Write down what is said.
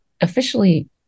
officially